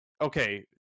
okay